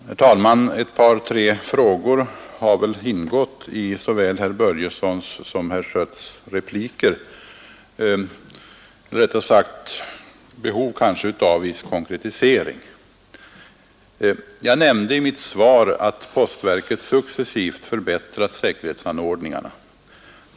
Herr talman! Ett par tre frågor har väl ingått i såväl herr Börjessons i Falköping som herr Schötts repliker — eller rättare sagt har behovet av viss konkretisering påpekats. Jag nämnde i mitt svar att postverket successivt förbättrat säkerhetsanordningarna.